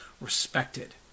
respected